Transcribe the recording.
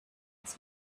its